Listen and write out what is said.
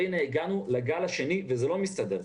והנה הגענו לגל השני וזה לא מסתדר.